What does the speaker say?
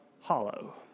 hollow